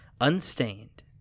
unstained